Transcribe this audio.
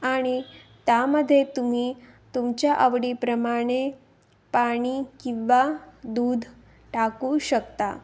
आणि त्यामध्ये तुम्ही तुमच्या आवडीप्रमाणे पाणी किंवा दूध टाकू शकता